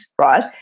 right